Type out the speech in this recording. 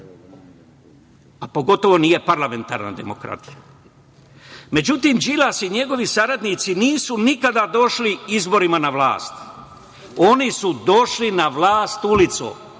a pogotovo nije parlamentarna demokratija. Međutim, Đilas i njegovi saradnici nisu nikada došli izborima na vlast. Oni su došli na vlast ulicom,